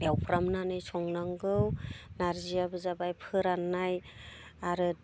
एवफ्रामनानै संनांगौ नारजियाबो जाबाय फोराननाय आरो